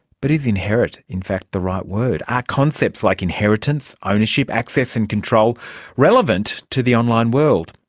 but is inherent in fact the right word? are concepts like inheritance, ownership, access and control relevant to the online world?